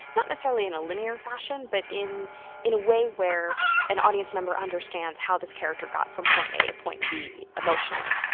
not necessarily in a linear fashion, but in in a way where an audience member understands how this character got from point a to point b emotionally.